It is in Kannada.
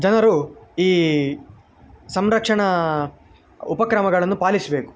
ಜನರು ಈ ಸಂರಕ್ಷಣಾ ಉಪಕ್ರಮಗಳನ್ನು ಪಾಲಿಸಬೇಕು